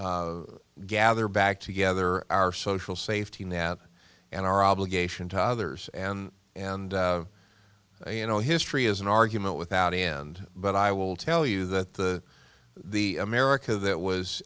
must gather back together our social safety net and our obligation to others and and you know history is an argument without end but i will tell you that the the america that was